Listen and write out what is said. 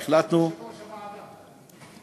החלטנו, יושב-ראש הוועדה,